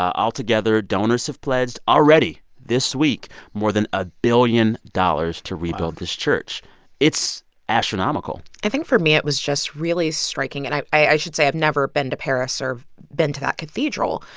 altogether, donors have pledged already this week more than a billion dollars to rebuild this church wow it's astronomical i think, for me, it was just really striking. and i i should say i've never been to paris or been to that cathedral.